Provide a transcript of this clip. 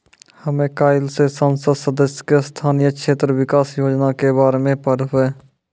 हमे काइल से संसद सदस्य के स्थानीय क्षेत्र विकास योजना के बारे मे पढ़बै